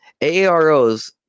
AAROs